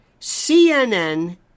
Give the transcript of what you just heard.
CNN